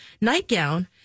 nightgown